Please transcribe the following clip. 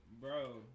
bro